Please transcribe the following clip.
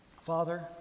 Father